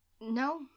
no